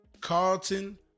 Carlton